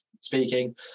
speaking